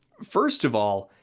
first of all,